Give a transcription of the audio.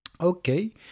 Okay